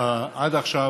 שעד עכשיו